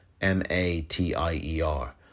M-A-T-I-E-R